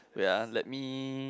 wait ah let me